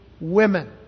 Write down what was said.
women